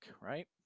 right